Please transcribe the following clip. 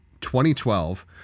2012